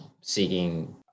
seeking